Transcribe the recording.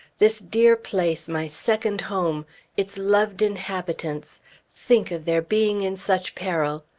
this dear place, my second home its loved inhabitants think of their being in such peril!